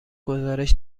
گزارش